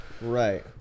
Right